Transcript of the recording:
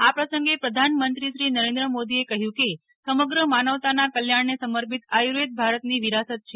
આ પ્રસંગે પ્રધાનમંત્રીશ્રી નરેન્યો મોદીએ કહ્યું કે સમગ્ર માનવતાના કલ્યાણને સમર્પિત આયુર્વેદ ભારતની વિરાસત છે